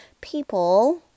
people